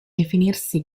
definirsi